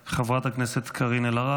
חברת הכנסת קארין אלהרר,